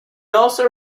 also